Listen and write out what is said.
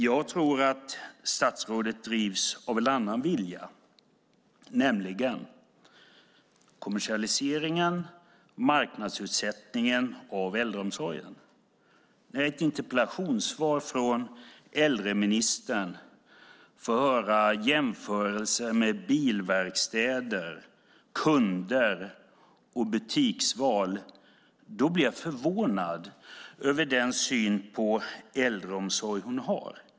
Jag tror att statsrådet drivs av en annan vilja, nämligen kommersialiseringen och marknadsutsättningen av äldreomsorgen. När äldreministern i sitt interpellationssvar gör jämförelser med bilverkstäder, kunder och butiksval blir jag förvånad över den syn på äldreomsorg hon har.